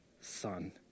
son